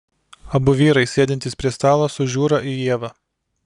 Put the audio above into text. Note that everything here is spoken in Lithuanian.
abu vyrai sėdintys prie stalo sužiūra į ievą